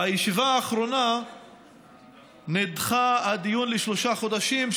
בישיבה האחרונה נדחה הדיון לשלושה חודשים,